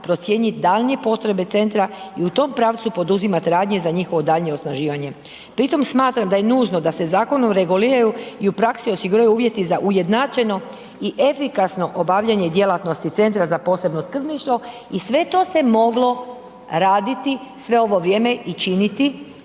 procijenit daljnje potrebe centra i u tom pravcu poduzimat radnje za njihovo daljnje osnaživanje. Pri tom smatram da je nužno da se zakonom reguliraju i u praksi osiguraju uvjeti za ujednačeno i efikasno obavljanje djelatnosti Centra za posebno skrbništvo i sve to se moglo raditi sve ovo vrijeme i činiti prije